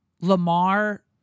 Lamar